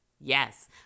Yes